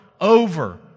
over